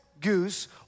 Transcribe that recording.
goose